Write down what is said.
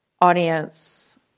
audience